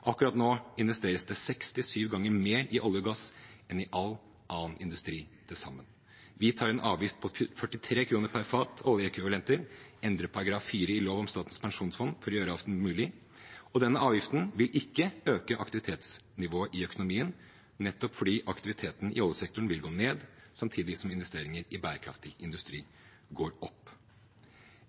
Akkurat nå investeres det seks til syv ganger mer i olje og gass enn i all annen industri til sammen. Vi tar en avgift på 43 kr per fat oljeekvivalenter og endrer § 4 i lov om Statens pensjonsfond for å gjøre avgiften mulig. Denne avgiften vil ikke øke aktivitetsnivået i økonomien, nettopp fordi aktiviteten i oljesektoren vil gå ned, samtidig som investeringer i bærekraftig industri går opp.